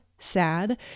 sad